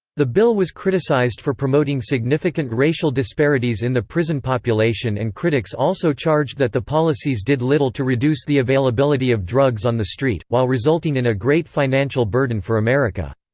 the bill was criticized for promoting significant racial disparities in the prison population and critics also charged that the policies did little to reduce the availability of drugs on the street, while resulting in a great financial burden for america.